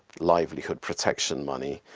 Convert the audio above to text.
livelihood protection money,